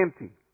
empty